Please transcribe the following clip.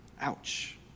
Ouch